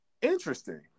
Interesting